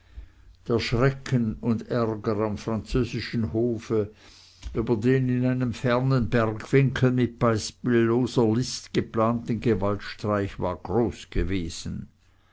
der schrecken und ärger am französischen hofe über den in einem fernen bergwinkel mit beispielloser list geplanten gewaltstreich war groß gewesen